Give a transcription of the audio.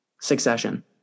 Succession